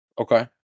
okay